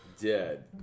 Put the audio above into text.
Dead